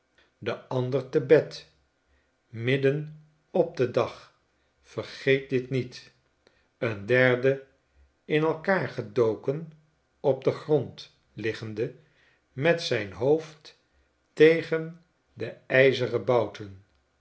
de ander te bed midden op den dag vergeet dit niet een derde in elkaar gedoken op den grond liggende met zijn hoofd tegen de ijzeren